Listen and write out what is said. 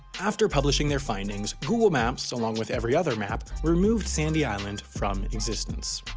after publishing their findings, google maps, along with every other map, removed sandy island from existence.